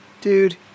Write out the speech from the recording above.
Dude